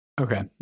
Okay